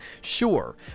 Sure